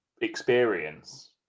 experience